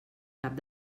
cap